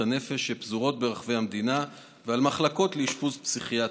נפש שפזורות ברחבי המדינה ועל מחלקות לאשפוז פסיכיאטרי.